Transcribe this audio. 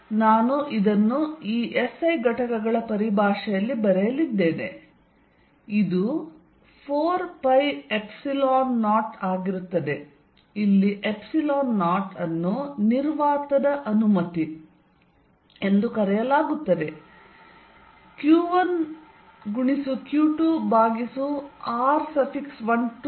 ಆದ್ದರಿಂದ ನಾನು ಇದನ್ನು ಈ ಎಸ್ಐ ಘಟಕಗಳ ಪರಿಭಾಷೆಯಲ್ಲಿ ಬರೆಯಲಿದ್ದೇನೆ ಇದು 4π0 ಆಗಿರುತ್ತದೆ ಅಲ್ಲಿ 0 ಅನ್ನು ನಿರ್ವಾತದ ಅನುಮತಿ ಎಂದು ಕರೆಯಲಾಗುತ್ತದೆ q1q2 ಭಾಗಿಸು r122